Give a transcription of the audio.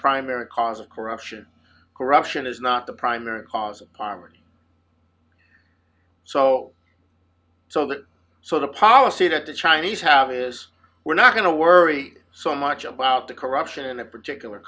primary cause of corruption corruption is not the primary cause of poverty so so the policy that the chinese have is we're not going to worry so much about the corruption in a particular